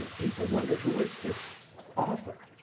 people wondered who is this author,